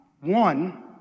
One